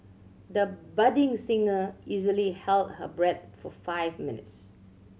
the budding singer easily held her breath for five minutes